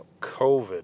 COVID